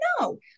No